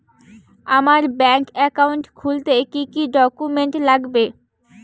আমার bank account খুলতে কি কি ডকুমেন্ট লাগবে?